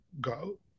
go